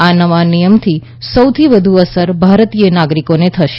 આ નવા નિયમથી સૌથી વધુ અસર ભારતીય નાગરિકોને થશે